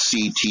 CT